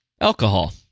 alcohol